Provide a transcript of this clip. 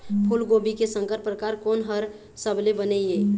फूलगोभी के संकर परकार कोन हर सबले बने ये?